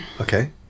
Okay